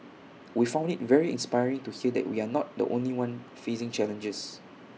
we found IT very inspiring to hear that we are not the only one facing challenges